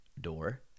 Door